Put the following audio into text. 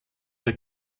der